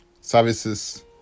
services